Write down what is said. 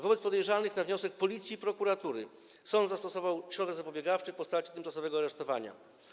Wobec podejrzanych - na wniosek Policji i prokuratury - sąd zastosował środek zapobiegawczy w postaci tymczasowego aresztowania.